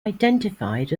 identified